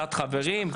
קצת חברים,